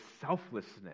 selflessness